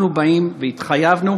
אנחנו באים, והתחייבנו,